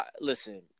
listen